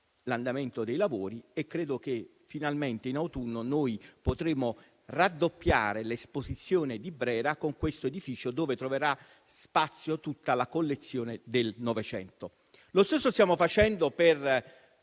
l'andamento dei lavori e credo che finalmente in autunno potremo raddoppiare l'esposizione di Brera con questo edificio, dove troverà spazio tutta la collezione del Novecento. Lo stesso stiamo facendo per